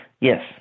Yes